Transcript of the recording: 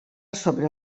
sobre